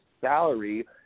salary